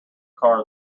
car